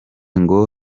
ngo